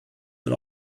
but